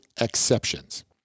exceptions